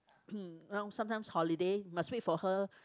mm now sometimes holiday must wait for her